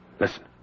Listen